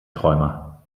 träumer